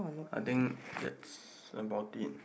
I think that's about thin